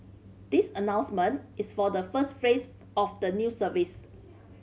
this announcement is for the first phase of the new service